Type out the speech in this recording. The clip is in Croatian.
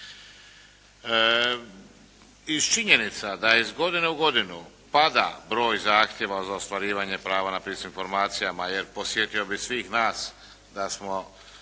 Iz činjenica da je iz godine u godinu pada broj zahtjeva za ostvarivanje prava na pristup informacijama. Jer podsjetio bih svih nas da smo